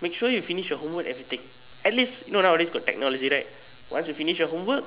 make sure you finish your homework and everything at least you know nowadays got technology right once you finish your homework